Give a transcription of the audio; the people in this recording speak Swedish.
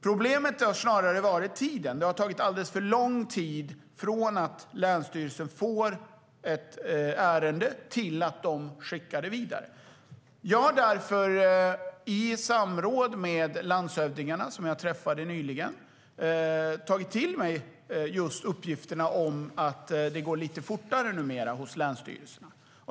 Problemet har snarare varit att det har tagit alldeles för lång tid från att länsstyrelsen får ett ärende till att de skickar det vidare. Därför har jag vid samråd med landshövdingarna, som jag träffade nyligen, tagit till mig uppgifterna om att det numera går lite fortare hos länsstyrelserna.